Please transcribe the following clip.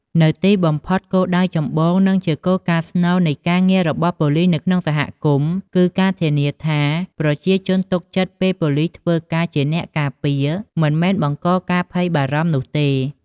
នៅទីបំផុត គោលដៅចម្បង និងជាគោលការណ៍ស្នូលនៃការងាររបស់ប៉ូលីសនៅក្នុងសហគមន៍ គឺការធានាថា ប្រជាជនទុកចិត្តពេលប៉ូលីសធ្វើការជាអ្នកការពារមិនមែនបង្កការភ័យបារម្ភនោះទេ។